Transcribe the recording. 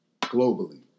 globally